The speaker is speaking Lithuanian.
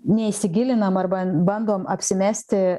neįsigilinam arba bandom apsimesti